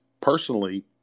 personally